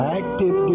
active